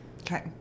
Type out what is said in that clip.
Okay